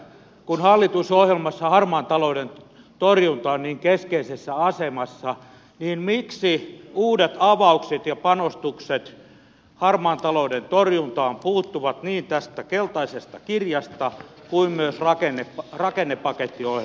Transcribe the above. kun hallitusohjelmassa harmaan talouden torjunta on niin keskeisessä asemassa niin miksi uudet avaukset ja panostukset harmaan talouden torjuntaan puuttuvat niin tästä keltaisesta kirjasta kuin myös rakennepakettiohjelmasta